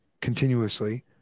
continuously